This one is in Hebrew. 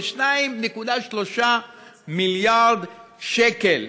של 2.3 מיליארד שקל.